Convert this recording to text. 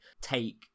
take